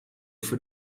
für